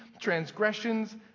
transgressions